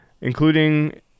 including